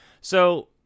So-